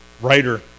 writer